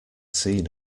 seen